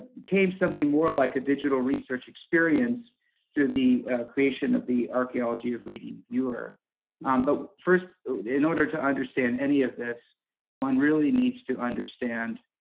became something more like a digital research experience through the creation of the archeology of reading viewer um but first in order to understand any of this one really needs to understand